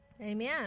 Amen